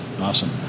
Awesome